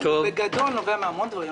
הוא מוּנע מהמון דברים,